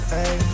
Hey